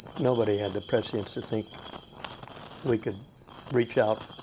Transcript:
nobody had the prescience to think we could reach out